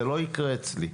זה לא יקרה אצלי.